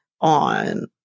on-